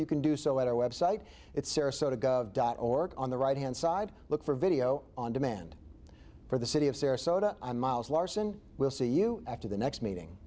you can do so at our website at sarasota dot org on the right hand side look for video on demand for the city of sarasota and miles larson will see you after the next meeting